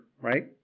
right